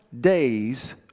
days